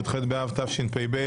י"ח באב התשפ"ב,